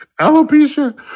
Alopecia